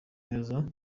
neza